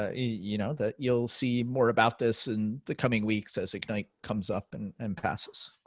ah you know that you'll see more about this in the coming weeks as ignite comes up and and passes.